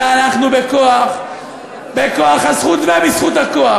ואנחנו בכוח הזכות ובזכות הכוח,